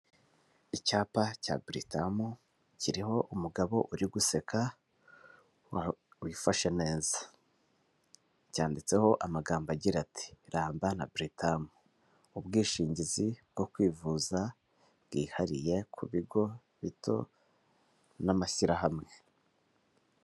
Icyapa cya Buritamu kiriho umugabo uri guseka wifashe neza cyanditseho amagambo agira ati ramba na Buritamu ubwishingizi bwo kwivuza bwihariye ku bigo bito n'amashyirahamwe.